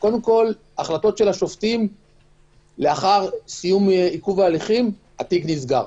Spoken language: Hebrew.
החלטות השופטים - לאחר סיום עיכוב ההליכים התיק נסגר.